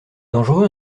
dangereux